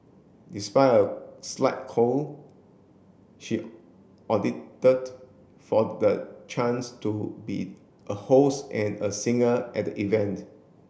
despite a slight cold she audited for the chance to be a host and a singer at the event